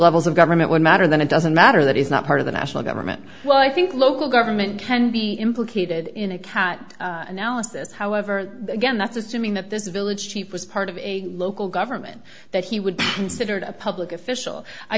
levels of government would matter then it doesn't matter that it's not part of the national government well i think local government can be implicated in a cat analysis however again that's assuming that this village chief was part of a local government that he would be considered a public official i